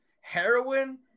heroin